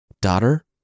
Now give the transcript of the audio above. Daughter